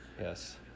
Yes